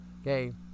okay